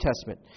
Testament